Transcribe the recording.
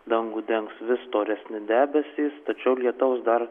dangų dengs vis storesni debesys tačiau lietaus dar